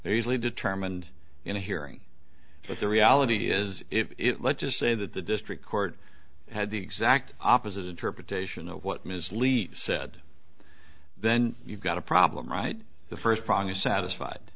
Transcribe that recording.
they're usually determined in a hearing but the reality is it let's just say that the district court had the exact opposite interpretation of what ms lee said then you've got a problem right the first prong is satisfied